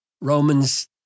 Romans